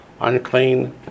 Unclean